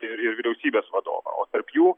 ir ir vyriausybės vadovą o tarp jų